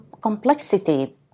complexity